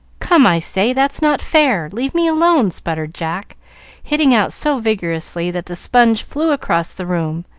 come, i say! that's not fair! leave me alone! sputtered jack hitting out so vigorously that the sponge flew across the room,